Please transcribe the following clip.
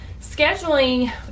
Scheduling